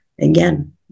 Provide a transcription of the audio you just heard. Again